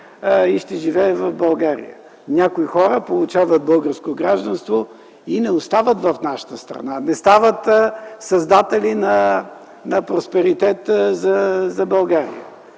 и живее в България. Някои хора получават българско гражданство и не остават в нашата страна, не стават създатели на просперитета на България.